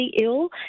ill